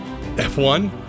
F1